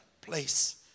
place